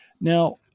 Now